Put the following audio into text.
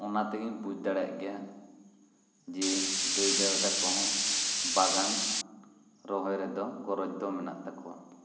ᱚᱱᱟ ᱛᱮᱜᱮᱧ ᱵᱩᱡ ᱫᱟᱲᱮᱭᱟᱜ ᱜᱮᱭᱟ ᱡᱮ ᱫᱟᱹᱭ ᱫᱟᱫᱟ ᱛᱟᱠᱚ ᱦᱚᱸ ᱵᱟᱜᱟᱱ ᱨᱚᱦᱚᱭ ᱨᱮᱫᱚ ᱜᱚᱨᱚᱡᱽ ᱫᱚ ᱢᱮᱱᱟᱜ ᱛᱟᱠᱚᱭᱟ